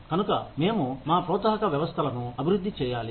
కనుక మేము మా ప్రోత్సాహక వ్యవస్థలను అభివృద్ధి చేయాలి